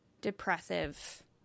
depressive